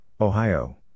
Ohio